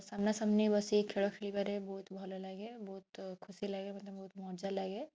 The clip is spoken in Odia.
ସାମ୍ନାସାମ୍ନି ବସି ଖେଳ ଖେଳିବାରେ ବହୁତ ଭଲ ଲାଗେ ବହୁତ ଖୁସି ଲାଗେ ମୋତେ ବହୁତ ମଜା ଲାଗେ